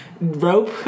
rope